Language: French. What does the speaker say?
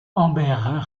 amber